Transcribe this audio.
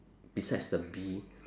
besides the bee